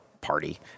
party